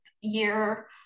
year